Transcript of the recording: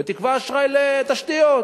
ותקבע אשראי לתשתיות.